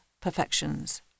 perfections